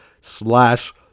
slash